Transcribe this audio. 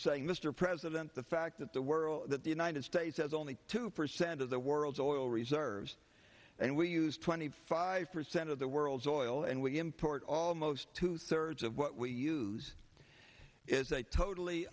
saying mr president the fact that the world that the united states has only two percent of the world's oil reserves and we use twenty five percent of the world's oil and we import almost two thirds of what we use is a totally